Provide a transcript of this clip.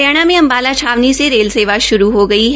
हरियाणा में अम्बाला छावनी से रेल सेवा शुरू हो गई है